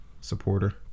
supporter